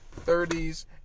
30s